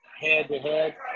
head-to-head